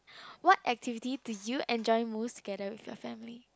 what activity do you enjoy most together with your family